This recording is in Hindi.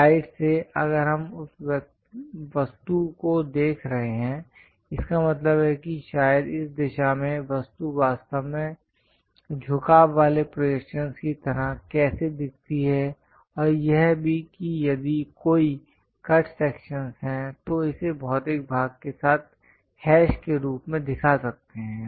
साइड से अगर हम उस वस्तु को देख रहे हैं इसका मतलब है कि शायद इस दिशा में वस्तु वास्तव में झुकाव वाले प्रोजेक्शंस की तरह कैसे दिखती है और यह भी कि यदि कोई कट सेक्शंस हैं तो इसे भौतिक भाग के साथ हैश के रूप में दिखा सकते हैं